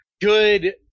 good